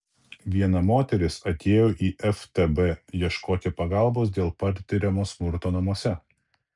viena moteris atėjo į ftb ieškoti pagalbos dėl patiriamo smurto namuose